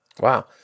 Wow